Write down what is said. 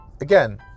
again